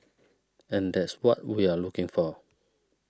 and that's what we're looking for